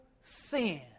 sin